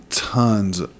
Tons